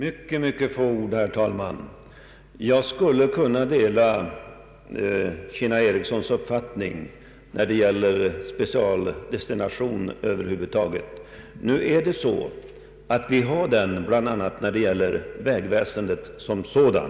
Herr talman! Bara ett par ord. Jag skulle kunna dela herr Ericssons i Kinna uppfattning när det gäller specialdestinationer över huvud taget. Men nu är det ändå så att vi har en sådan bl.a. när det gäller vägväsendet.